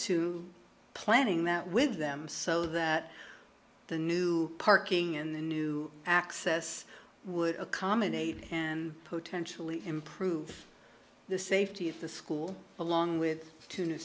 to planning that with them so that the new parking in the new access would accommodate and potentially improve the safety of the school along with t